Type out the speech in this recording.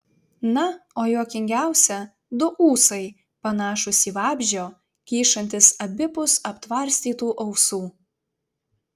na o juokingiausia du ūsai panašūs į vabzdžio kyšantys abipus aptvarstytų ausų